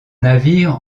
navire